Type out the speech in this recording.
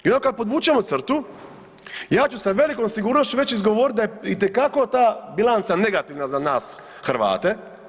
I onda kad podvučemo crtu, ja ću sa velikom sigurnošću već izgovorit da je itekako ta bilanca negativna za nas Hrvate.